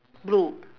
blue